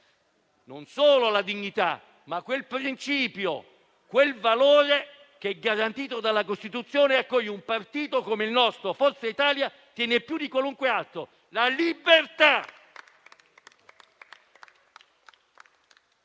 non solo la dignità, ma anche quel valore garantito dalla Costituzione e a cui un partito come il nostro, Forza Italia, tiene più di qualunque altro: la libertà